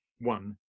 one